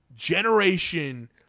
generation